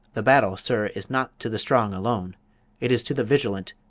the battle, sir, is not to the strong alone it is to the vigilant,